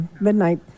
midnight